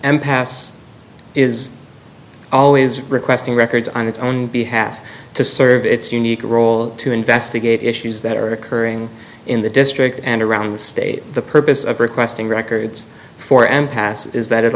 impasse is always requesting records on its own behalf to serve its unique role to investigate issues that are occurring in the district and around the state the purpose of requesting records for em past is that it